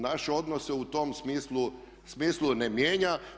Naš odnos se u tom smislu ne mijenja.